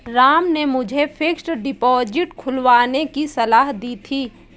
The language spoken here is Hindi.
राम ने मुझे फिक्स्ड डिपोजिट खुलवाने की सलाह दी थी